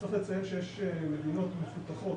צריך לציין שיש מדינות מפותחות,